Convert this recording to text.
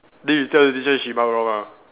then you tell the teacher she mark wrong ah